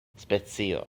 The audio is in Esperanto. specio